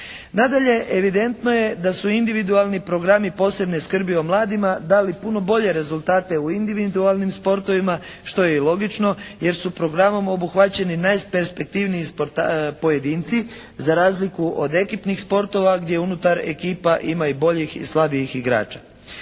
Nadalje, evidentno je da su individualni programi posebne skrbi o mladima dali puno bolje rezultate u individualnim sportovima, što je i logično, jer su programom obuhvaćeni najperspektivniji pojedinci. Za razliku od ekipnih sportova gdje unutar ekipa ima i boljih i slabijih igrača.